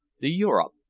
the europe,